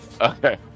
Okay